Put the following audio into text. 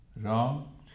Wrong